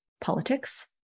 politics